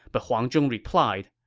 but huang zhong replied,